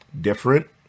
different